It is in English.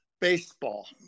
baseball